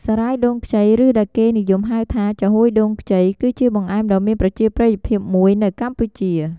សារាយដូងខ្ចី ឬដែលគេនិយមហៅថា ចាហួយដូងខ្ចី គឺជាបង្អែមដ៏មានប្រជាប្រិយភាពមួយនៅកម្ពុជា។